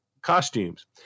costumes